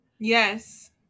Yes